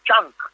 chunk